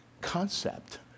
concept